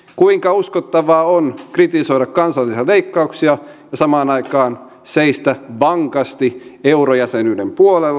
kuinka uskottavaa on kritisoida kansallisia leikkauksia ja samaan aikaan seistä vankasti eurojäsenyyden puolella